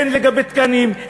הן לגבי תקנים,